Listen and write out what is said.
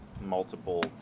multiple